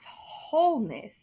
wholeness